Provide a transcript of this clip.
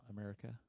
America